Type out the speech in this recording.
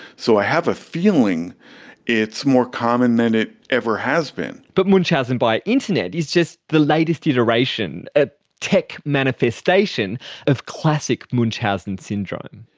so i have a feeling it's more common than it ever has been. but munchausen by internet is just the latest iteration, a tech manifestation of classic munchausen syndrome.